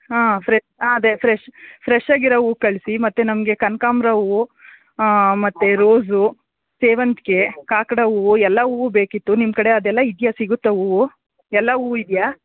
ಹಾಂ ಫ್ರೆ ಅದೆ ಫ್ರೆಶ್ ಫ್ರೆಶ್ ಆಗಿರೋ ಹೂವ್ ಕಳಿಸಿ ಮತ್ತು ನಮಗೆ ಕನಕಾಂಬ್ರ ಹೂವು ಮತ್ತು ರೋಸು ಸೇವಂತಿಗೆ ಕಾಕಡ ಹೂವು ಎಲ್ಲ ಹೂವು ಬೇಕಿತ್ತು ನಿಮ್ಮ ಕಡೆ ಅದೆಲ್ಲ ಇದೆಯಾ ಸಿಗುತ್ತಾ ಹೂವು ಎಲ್ಲ ಹೂವು ಇದೆಯಾ